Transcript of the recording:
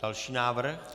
Další návrh.